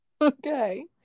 Okay